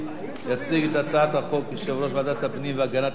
יציג את הצעת החוק יושב-ראש ועדת הפנים והגנת הסביבה,